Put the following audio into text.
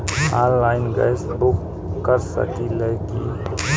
Online gas book कर सकिले की?